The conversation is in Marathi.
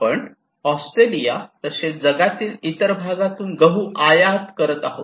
आपण ऑस्ट्रेलिया तसेच जगातील इतर भागातून गहू आयात करत आहोत